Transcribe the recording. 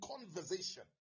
conversation